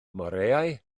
moreau